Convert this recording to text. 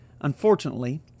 Unfortunately